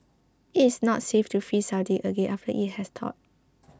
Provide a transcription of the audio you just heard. it is not safe to freeze something again after it has thawed